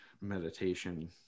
meditation